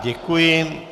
Děkuji.